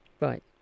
Right